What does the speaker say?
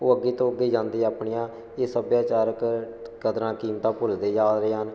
ਉਹ ਅੱਗੇ ਤੋਂ ਅੱਗੇ ਜਾਂਦੇ ਆਪਣੀਆਂ ਇਹ ਸੱਭਿਆਚਾਰਕ ਕਦਰਾਂ ਕੀਮਤਾਂ ਭੁੱਲਦੇ ਜਾ ਰਹੇ ਹਨ